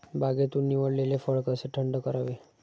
बागेतून निवडलेले फळ कसे थंड करावे?